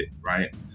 right